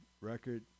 record